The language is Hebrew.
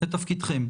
-- זה תפקידכם.